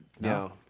no